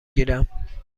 گیرم